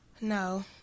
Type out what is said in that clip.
No